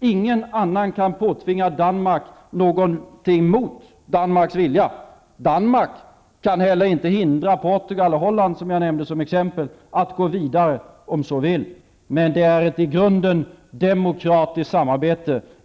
Ingen annan kan påtvinga Danmark någonting mot Danmarks vilja. Danmark kan heller inte hindra Portugal och Holland, som jag nämnde som exempel, att gå vidare om de så vill. Men det är ett i grunden demokratiskt samarbete.